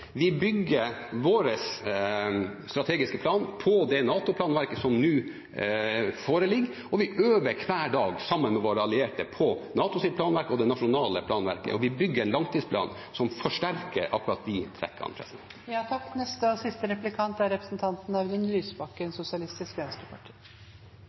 Vi bygger vår strategiske plan på det NATO-planverket som nå foreligger, og vi øver hver dag sammen med våre allierte på NATOs planverk og det nasjonale planverket, og vi bygger en langtidsplan som forsterker akkurat de trekkene. Jeg må komme tilbake til det som er